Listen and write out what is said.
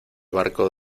barco